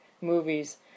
movies